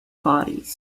bodies